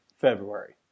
February